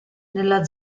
nella